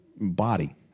body